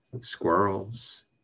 squirrels